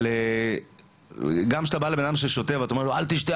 אבל גם כשאתה בא לבן אדם ששותה ואתה אומר לו לא לשתות,